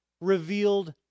Revealed